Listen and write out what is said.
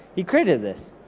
he created this,